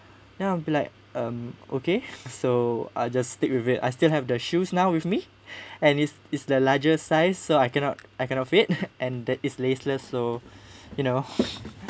then I'll be like um okay so I'll just stick with it I still have the shoes now with me and this is the larger size so I cannot I cannot fit and that is laceless so you know